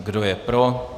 Kdo je pro?